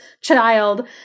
child